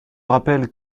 rappelle